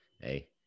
Hey